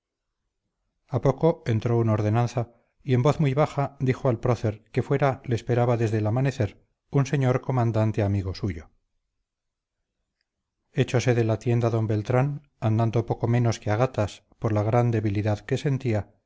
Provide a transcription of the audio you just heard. poco entró un ordenanza y en voz muy baja dijo al prócer que fuera le esperaba desde el amanecer un señor comandante amigo suyo echose de la tienda d beltrán andando poco menos que a gatas por la gran debilidad que sentía